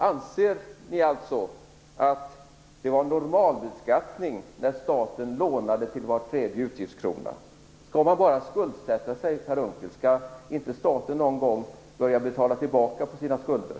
Anser ni alltså att det var normalbeskattning när staten lånade till var tredje utgiftskrona? Skall man bara skuldsätta sig, Per Unckel? Skall inte staten någon gång börja betala tillbaka på sina skulder?